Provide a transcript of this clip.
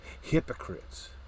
Hypocrites